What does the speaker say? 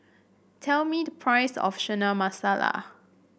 tell me the price of Chana Masala